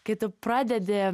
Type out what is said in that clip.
kai tu pradedi